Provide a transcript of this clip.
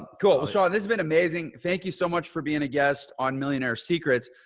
cool. well, sean, this has been amazing. thank you so much for being a guest on millionaire secrets.